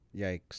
Yikes